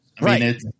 Right